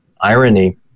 irony